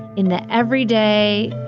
in the everyday,